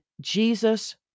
Jesus